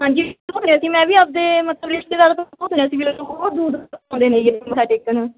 ਹਾਂਜੀ ਸੁਣਿਆ ਸੀ ਮੈਂ ਵੀ ਆਪਦੇ ਮਤਲਬ ਰਿਸ਼ਤੇਦਾਰਾਂ ਤੋਂ ਸੁਣਿਆ ਸੀ ਵੀ ਬਹੁਤ ਦੂਰ ਦੂਰ ਤੋਂ ਆਉਂਦੇ ਨੇ ਜੀ ਇੱਥੇ ਮੱਥਾ ਟੇਕਣ